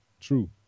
true